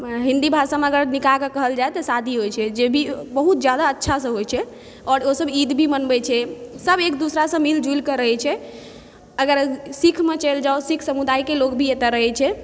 हिन्दी भाषामे अगर निकाहके कहल जाए तऽ शादी होइ छै जे भी बहुत जादा अच्छा से होइ छै आओर ओ सभ ईद भी मनबै छै सब एक दोसरासँ मिलि जुलि कऽ रहै छै अगर सिखमे चलि जाउ सिख समुदायके लोग भी एतऽ रहै छै